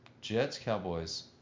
Jets-Cowboys